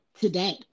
today